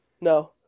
No